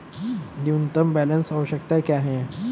न्यूनतम बैलेंस आवश्यकताएं क्या हैं?